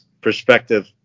perspective